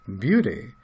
beauty